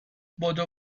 بدو